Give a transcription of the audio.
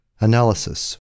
Analysis